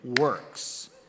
works